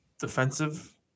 defensive